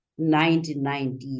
1990s